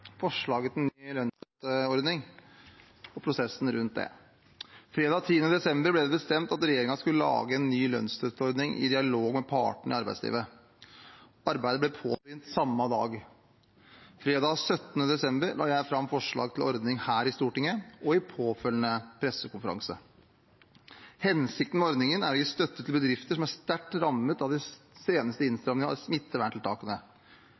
Fredag 10. desember ble det bestemt at regjeringen skulle lage en ny lønnsstøtteordning i dialog med partene i arbeidslivet. Arbeidet ble påbegynt samme dag. Fredag 17. desember la jeg fram forslag til ordning her i Stortinget – og i påfølgende pressekonferanse. Hensikten med ordningen er å gi støtte til bedrifter som er sterkt rammet av de seneste innstrammingene i smitteverntiltakene,